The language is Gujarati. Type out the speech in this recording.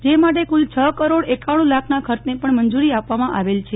જે માટે કુલ છ કરોડ એકાણું લાખના ખર્ચને પણ મંજૂરી આપવામાં આવેલ છે